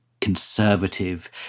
conservative